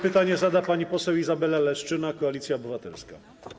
Pytanie zada pani poseł Izabela Leszczyna, Koalicja Obywatelska.